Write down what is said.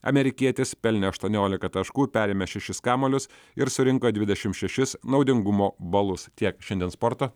amerikietis pelnė aštuoniolika taškų perėmė šešis kamuolius ir surinko dvidešimt šešis naudingumo balus tiek šiandien sporto